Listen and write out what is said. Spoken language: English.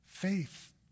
Faith